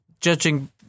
judging